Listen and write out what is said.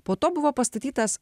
po to buvo pastatytas